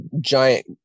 giant